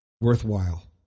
worthwhile